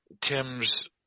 Tim's